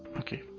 okay.